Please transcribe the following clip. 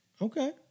Okay